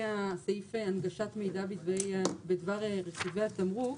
הסעיף הנגשת מידע בדבר רכיבי התמרוק.